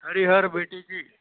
हरी हर भेटीची